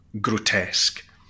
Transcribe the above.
grotesque